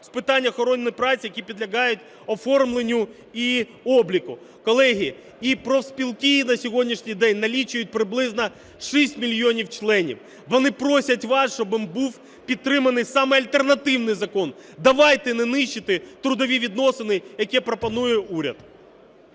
з питань охорони праці, які підлягають оформленню і обліку. Колеги, профспілки на сьогоднішній день налічують приблизно 6 мільйонів членів. Вони просять вас, щоб був підтриманий саме альтернативний закон. Давайте не нищити трудові відносини, яке пропонує уряд.